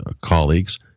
colleagues